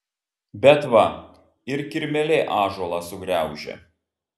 bet va ir kirmėlė ąžuolą sugraužia